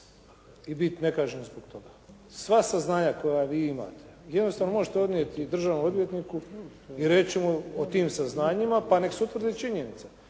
i biti nekažnjen zbog toga. Sva saznanja koja vi imate jednostavno možete odnijeti državnom odvjetniku i reći mu o tim saznanjima pa neka se utvrdi činjenica.